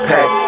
Pack